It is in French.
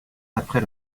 après